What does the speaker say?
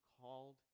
called